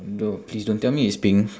no please don't tell me it's pink